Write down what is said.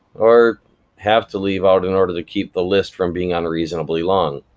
or have to leave out in order to keep the list from being unreasonably long.